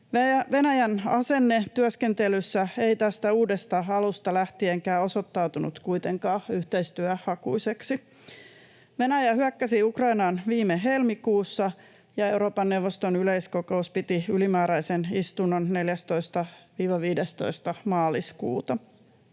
Venäjän asenne työskentelyssä ei tästä uudesta alustakaan lähtien osoittautunut kuitenkaan yhteistyöhakuiseksi. Venäjä hyökkäsi Ukrainaan viime helmikuussa, ja Euroopan neuvoston yleiskokous piti ylimääräisen istunnon 14.—15. maaliskuuta.